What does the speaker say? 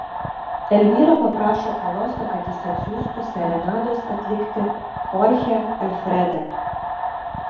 elvyra paprašo koloso kad jis atsiųstų serenados atlikti chorchę alfredą